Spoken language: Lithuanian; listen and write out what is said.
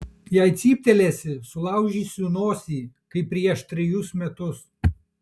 jei cyptelėsi sulaužysiu nosį kaip prieš trejus metus